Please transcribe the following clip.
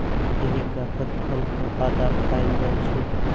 एहि गाछक फल कें ताजा खाएल जाइ छै